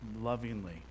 Lovingly